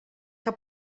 que